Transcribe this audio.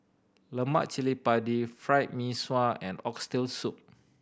lemak cili padi Fried Mee Sua and Oxtail Soup